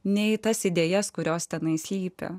nei tas idėjas kurios tenai slypi